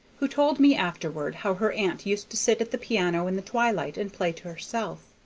who told me afterward how her aunt used to sit at the piano in the twilight and play to herself.